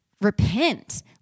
repent